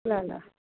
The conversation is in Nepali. ल ल